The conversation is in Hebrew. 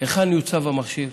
היכן יוצב המכשיר?